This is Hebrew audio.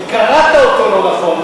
כי קראת אותו לא נכון,